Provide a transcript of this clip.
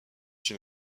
une